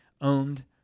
owned